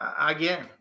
again